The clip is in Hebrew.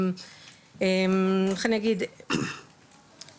איך אני אגיד,